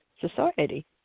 society